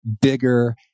bigger